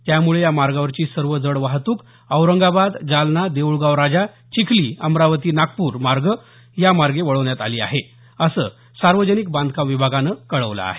त्यामुळे या मार्गावरची सर्व जड वाहतूक औरंगाबाद जालना देऊळगाव राजा चिखली अमरावती नागपूर मार्गे वळवण्यात आली आहे असं सार्वजनिक बांधकाम विभागानं कळवलं आहे